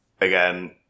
Again